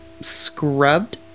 Scrubbed